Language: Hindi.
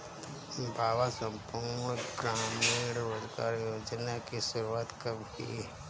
बाबा संपूर्ण ग्रामीण रोजगार योजना की शुरुआत कब हुई थी?